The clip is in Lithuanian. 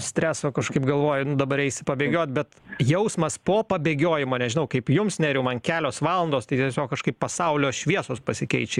streso kažkaip galvoji nu dabar eisi pabėgiot bet jausmas po pabėgiojimo nežinau kaip jums nerijau man kelios valandos tai tiesiog kažkaip pasaulio šviesos pasikeičia